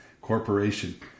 Corporation